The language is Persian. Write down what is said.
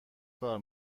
کار